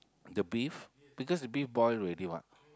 the beef because the beef boil already what